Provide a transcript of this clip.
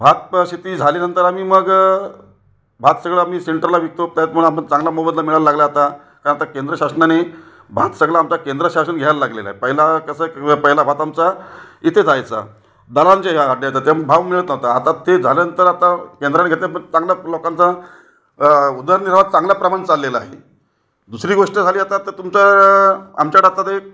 भातशेती झाल्यानंतर आम्ही मग भात सगळा आम्ही शेल्टरला विकतो त्यात पण आमचा चांगला मोबदला मिळाला लागला आहे आता कारण आता केंद्र शासनाने भात सगळा आमचा केंद्र शासन घ्यायला लागलेलं आहे पहिला कसं पहिला भात आमचा इथे जायचा दलालांच्या ह्या अड्ड्यात जायचा त्यामुळे भाव मिळत नव्हता आता ते झाल्यानंतर आता केंद्राने घेतल्यात पण चांगला लोकांचा उदरनिर्वाह चांगल्याप्रमाणे चाललेला आहे दुसरी गोष्ट झाली आता तर तुमचा आमच्याकडे आता तर एक